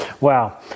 Wow